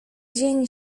dzień